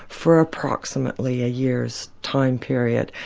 for approximately a year's time period.